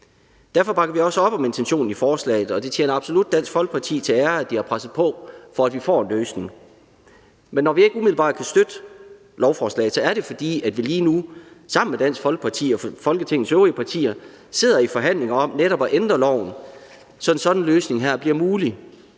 Derfor bakker vi også op om intentionen i forslaget, og det tjener absolut Dansk Folkeparti til ære, at de har presset på, for at vi får en løsning. Men når vi ikke umiddelbart kan støtte lovforslaget, er det, fordi vi lige nu sammen med Dansk Folkeparti og Folketingets øvrige partier sidder i forhandlinger om netop at ændre loven, så en sådan løsning her bliver mulig.